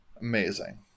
Amazing